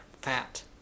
fat